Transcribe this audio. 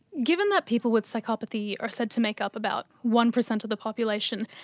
given that people with psychopathy are said to make up about one percent of the population,